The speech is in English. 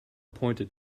pointed